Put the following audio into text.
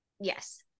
Yes